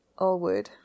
Allwood